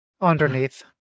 underneath